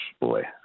Boy